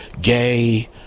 gay